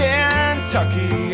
Kentucky